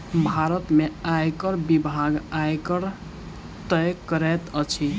भारत में आयकर विभाग, आयकर तय करैत अछि